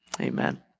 Amen